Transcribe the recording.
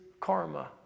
karma